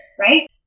right